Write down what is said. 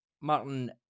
Martin